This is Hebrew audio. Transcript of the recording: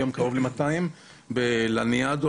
היום קרוב ל-200 בבתי חולים "לניאדו",